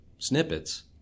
snippets